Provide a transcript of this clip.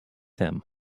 him